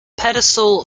pedestal